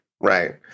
Right